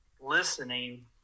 listening